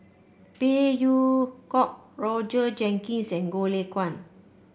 Phey Yew Kok Roger Jenkins and Goh Lay Kuan